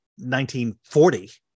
1940